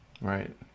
Right